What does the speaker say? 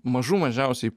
mažų mažiausiai